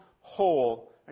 whole